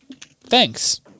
Thanks